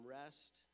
rest